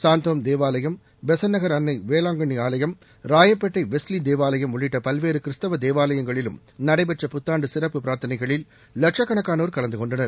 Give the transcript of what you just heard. சாந்தோம் தேவாலயம் பெசன்ட் நகர் அன்னை வேளாங்கண்ணி ஆலயம் ராயப்பேட்டை வெஸ்லி தேவாலயம் உள்ளிட்ட பல்வேறு கிறிஸ்தவ தேவாலயங்களிலும் நடைபெற்ற புத்தாண்டு சிறப்பு பிரார்த்தனைகளில் லட்சக்கணக்கானோர் கலந்து கொண்டனர்